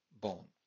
bone